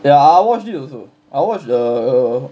ya I watched it also I watch the